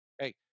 hey